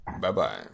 Bye-bye